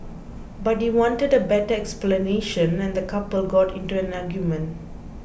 but he wanted a better explanation and the couple got into an argument